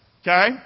Okay